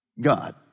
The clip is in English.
God